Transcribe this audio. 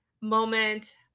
moment